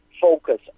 Focus